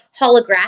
holographic